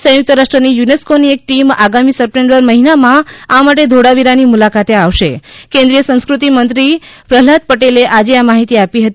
સંયુક્ત રાષ્ટ્રની યુનેસ્કોની એક ટીમ આગામી સપ્ટેમ્બર મહિનામાં આ માટે ધોળાવીરાની મુલાકાતે આવશે કેન્દ્રીય સંસ્કૃતિ મંત્રીશ્રી પ્રહલાદ પટેલે આજે આ માહિતી આપી હતી